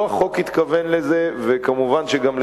לא החוק התכוון לזה ומובן שגם לא,